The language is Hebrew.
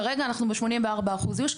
כרגע אנחנו ב-84% איוש.